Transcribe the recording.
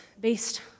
based